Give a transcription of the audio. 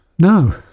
No